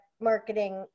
marketing